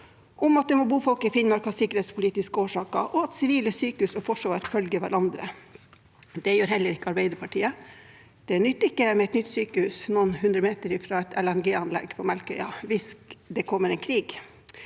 om at det må bo folk i Finnmark av sikkerhetspolitiske årsaker, og at sivile sykehus og forsvar følger hverandre. Det gjør heller ikke Arbeiderpartiet. Det nytter ikke med et nytt sykehus noen hundre meter fra et LNG-anlegg på Melkøya hvis det kommer en krig.